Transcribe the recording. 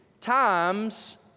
times